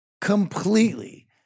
completely